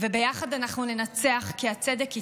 וביחד ננצח, כי הצדק איתנו.